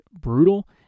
brutal